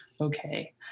okay